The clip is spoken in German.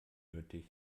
nötig